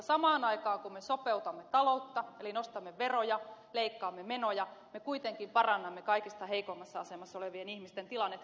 samaan aikaan kun me sopeutamme taloutta eli nostamme veroja leikkaamme menoja me kuitenkin parannamme kaikista heikoimmassa asemassa olevien ihmisten tilannetta